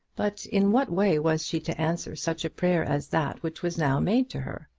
but in what way was she to answer such a prayer as that which was now made to her?